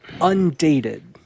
Undated